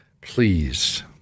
Please